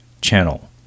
channel